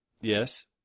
Yes